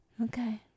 Okay